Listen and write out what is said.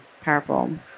powerful